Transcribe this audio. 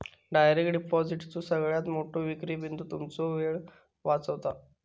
direct डिपॉजिटचो सगळ्यात मोठो विक्री बिंदू तुमचो वेळ वाचवता